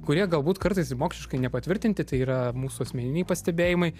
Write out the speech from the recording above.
kurie galbūt kartais ir moksliškai nepatvirtinti tai yra mūsų asmeniniai pastebėjimai